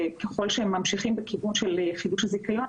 ככל שממשיכים בכיוון של חידוש הזיכיון,